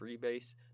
Freebase